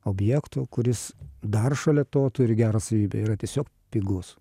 objekto kuris dar šalia to turi gerą savybę yra tiesiog pigus